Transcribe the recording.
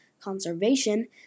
conservation